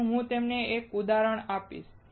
તેથી હું તમને એક ઉદાહરણ આપીશ